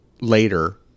later